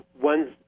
one